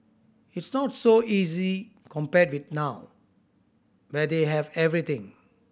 it's not so easy compared with now where they have everything